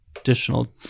additional